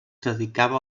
dedicava